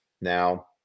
now